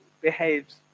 behaves